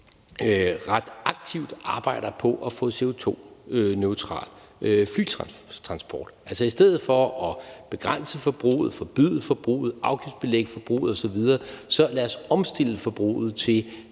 ret aktivt arbejder på at få CO2-neutral flytransport. Lad os i stedet for at begrænse forbruget, forbyde forbruget, afgiftsbelægge forbruget osv. omstille forbruget,